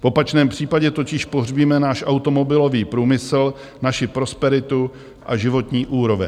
V opačném případě totiž pohřbíme náš automobilový průmysl, naši prosperitu a životní úroveň.